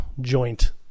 joint